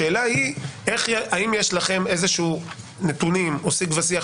השאלה היא האם יש לכם נתונים או שיג ושיח